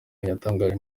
ntiyatangaje